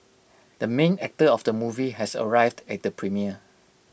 the main actor of the movie has arrived at the premiere